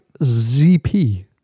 ZP